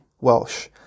Welsh